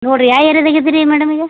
ನೋಡಿರಿ ಯಾವ ಏರಿಯಾದಾಗೆ ಇದ್ದೀರಿ ಮೇಡಮ್ ಈಗ